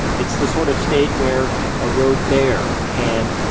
it's the sort of state where a rogue bear can,